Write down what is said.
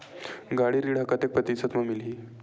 गाड़ी ऋण ह कतेक प्रतिशत म मिलही?